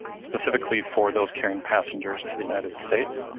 specifically for those carrying passengers to the united states.